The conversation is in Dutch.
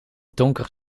donker